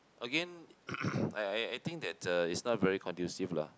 again I I I think that uh it's not very conducive lah